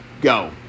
Go